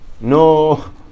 No